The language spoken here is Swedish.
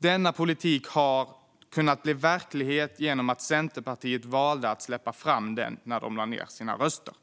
Denna politik har kunnat bli verklighet genom att Centerpartiet valde att släppa fram den när de lade ned sina röster.